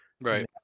Right